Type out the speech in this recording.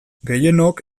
gehienok